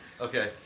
Okay